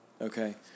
Okay